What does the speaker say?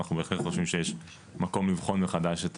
אנחנו בהחלט חושבים שיש מקום לבחון מחדש גם את